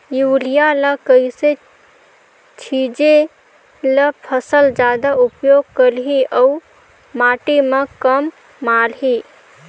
Urea ल कइसे छीचे ल फसल जादा उपयोग करही अउ माटी म कम माढ़ही?